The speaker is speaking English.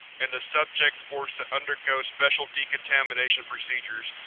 and the subject forced to undergo special decontamination procedures,